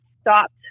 stopped